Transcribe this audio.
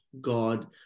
God